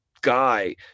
guy